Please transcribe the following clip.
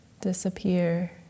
disappear